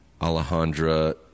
Alejandra